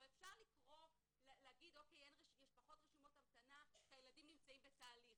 אפשר להגיד שיש פחות רשימות המתנה כי הילדים נמצאים בתהליך,